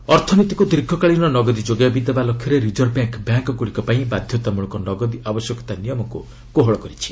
RBI ଅର୍ଥନୀତିକୁ ଦୀର୍ଘକାଳୀନ ନଗଦି ଯୋଗାଇ ଦେବା ଲକ୍ଷ୍ୟରେ ରିଜର୍ଭ ବ୍ୟାଙ୍କ୍ ବ୍ୟାଙ୍କ୍ଗୁଡ଼ିକ ପାଇଁ ବାଧ୍ୟତାମଳକ ନଗଦି ଆବଶ୍ୟକତା ନିୟମକୁ କୋହଳ କରିଛି